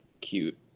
cute